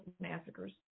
massacres